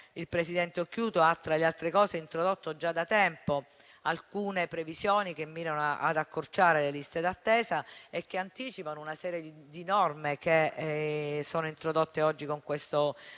Il presidente Occhiuto, infatti, tra le altre cose, ha introdotto già da tempo alcune previsioni che mirano ad accorciare le liste d'attesa, anticipando una serie di norme introdotte oggi con il provvedimento